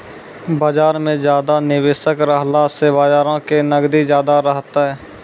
बजार मे ज्यादा निबेशक रहला से बजारो के नगदी ज्यादा रहतै